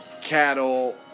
cattle